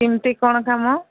କେମିତି କ'ଣ କାମ